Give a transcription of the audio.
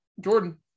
Jordan